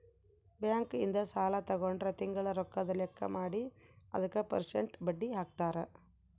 bank ಇಂದ ಸಾಲ ತಗೊಂಡ್ರ ತಿಂಗಳ ರೊಕ್ಕದ್ ಲೆಕ್ಕ ಮಾಡಿ ಅದುಕ ಪೆರ್ಸೆಂಟ್ ಬಡ್ಡಿ ಹಾಕ್ತರ